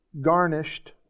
garnished